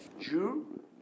Jew